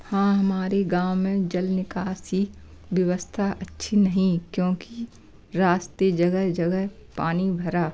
हाँ हमारे गाँव में जल निकासी व्यवस्था अच्छी नहीं क्योंकि रास्ते जगह जगह पानी भरा